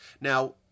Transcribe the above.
Now